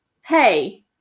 hey